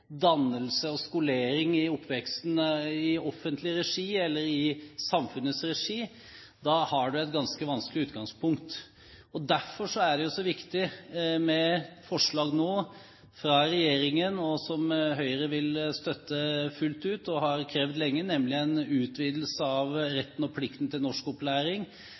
dannelse og skolering i oppveksten i offentlig regi eller i samfunnets regi, da har du et ganske vanskelig utgangspunkt. Derfor er det så viktig nå med forslag fra regjeringen, som Høyre vil støtte fullt ut og har krevd lenge, om en utvidelse av retten og plikten til norskopplæring